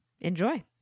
Enjoy